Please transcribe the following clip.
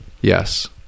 Yes